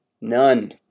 None